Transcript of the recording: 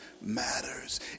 matters